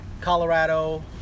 Colorado